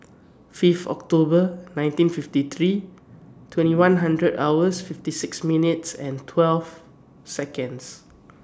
Fifth October nineteen fifty three twenty one hundred hours fifty six minutes and twelve Seconds